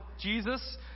Jesus